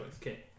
Okay